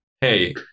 hey